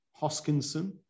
Hoskinson